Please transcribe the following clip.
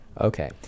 Okay